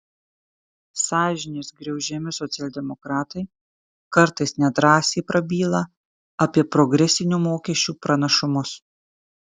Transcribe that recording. sąžinės griaužiami socialdemokratai kartais nedrąsiai prabyla apie progresinių mokesčių pranašumus